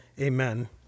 Amen